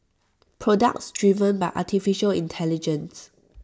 products driven by Artificial Intelligence